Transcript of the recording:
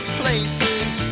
places